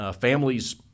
families